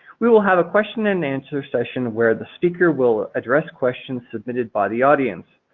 we will have a question and answer session where the speaker will address questions submitted by the audience.